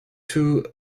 two